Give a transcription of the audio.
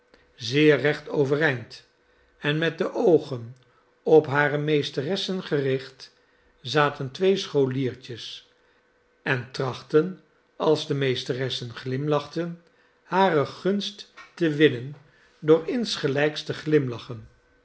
zeer recht overeind en met de oogen op hare meesteressen gericht zaten twee scholiertjes en trachtten als de meesteressen glimlachten hare gunst te winnen door insgelyks te glimlachen